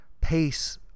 Pace